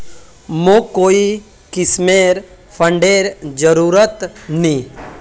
मोक कोई किस्मेर फंडेर जरूरत नी